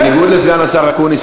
בניגוד לסגן השר אקוניס,